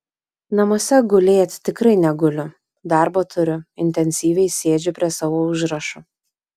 namuose gulėt tikrai neguliu darbo turiu intensyviai sėdžiu prie savo užrašų